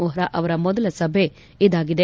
ವ್ಹೋರಾ ಅವರ ಮೊದಲ ಸಭೆ ಇದಾಗಿದೆ